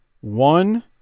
One